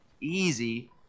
easy